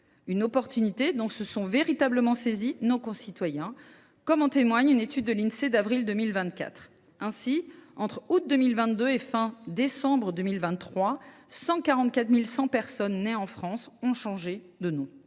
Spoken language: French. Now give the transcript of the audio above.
une occasion dont se sont véritablement saisis nos concitoyens, comme en témoigne une étude de l’Insee d’avril 2024. Ainsi, entre août 2022 et décembre 2023, 144 100 personnes nées en France ont changé de nom.